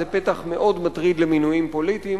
וזה פתח מאוד מטריד למינויים פוליטיים,